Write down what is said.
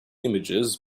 images